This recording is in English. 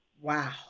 Wow